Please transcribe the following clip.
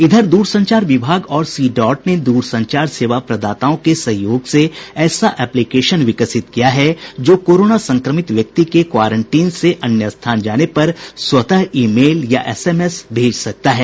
इधर दूरसंचार विभाग और सी डॉट ने दूरसंचार सेवा प्रदाताओं के सहयोग से ऐसा एप्लीकेशन विकसित किया है जो कोरोना संक्रमित व्यक्ति के क्वारंटीन से अन्य स्थान जाने पर स्वतः ईमेल या एसएमएस भेज सकता है